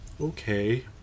okay